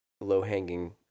low-hanging